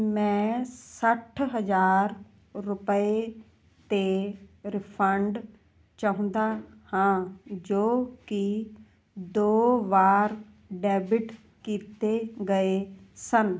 ਮੈਂ ਸੱਠ ਹਜ਼ਾਰ ਰੁਪਏ 'ਤੇ ਰਿਫੰਡ ਚਾਹੁੰਦਾ ਹਾਂ ਜੋ ਕਿ ਦੋ ਵਾਰ ਡੈਬਿਟ ਕੀਤੇ ਗਏ ਸਨ